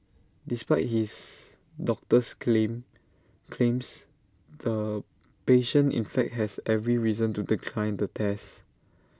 despite his doctor's claim claims the patient in fact has every reason to decline the test